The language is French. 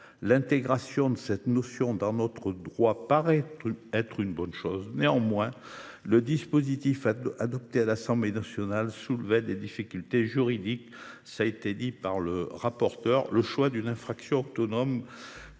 l’intégration de cette notion dans notre droit paraît être une bonne chose. Néanmoins, le dispositif adopté par l’Assemblée nationale soulevait des difficultés juridiques, que Mme la rapporteure a rappelées. Le choix de définir une infraction autonome